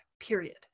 period